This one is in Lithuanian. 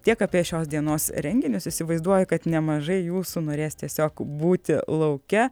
tiek apie šios dienos renginius įsivaizduoju kad nemažai jūsų norės tiesiog būti lauke